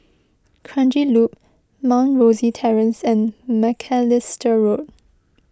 Kranji Loop Mount Rosie Terrace and Macalister Road